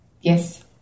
Yes